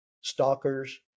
stalkers